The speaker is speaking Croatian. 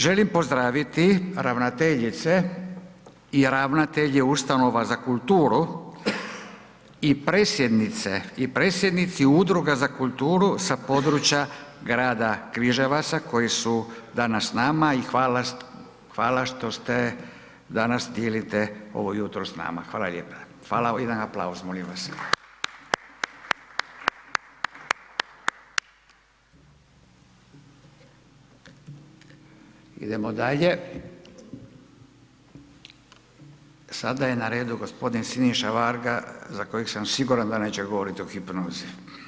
Želim pozdraviti ravnateljice i ravnatelje ustanova za kulturu i predsjednice i predsjednici udruga za kulturu sa područja grada Križevaca koji danas s nama i hvala što se, danas dijelite ovo jutro s nama, hvala lijepa i jedan aplauz molim vas. Idemo dalje, sada je na redu gospodin Siniša Varga za kojeg sam siguran da neće govoriti o hipnozi.